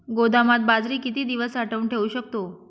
गोदामात बाजरी किती दिवस साठवून ठेवू शकतो?